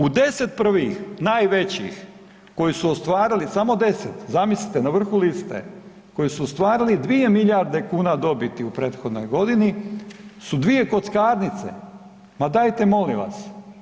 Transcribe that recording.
U 10 prvih najvećih koji su ostvarili samo 10 zamislite na vrhu liste, koji su ostvarili 2 milijarde kuna dobiti u prethodnoj godini su dvije kockarnice, ma dajte molim vas.